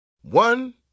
one